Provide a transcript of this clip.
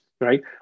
right